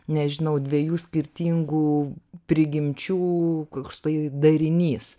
nežinau dviejų skirtingų prigimčių koks tai darinys